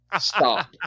Stop